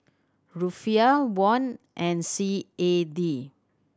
Rufiyaa Won and C A D